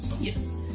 Yes